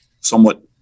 somewhat